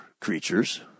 creatures